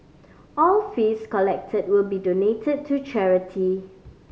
all fees collected will be donated to charity